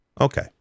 Okay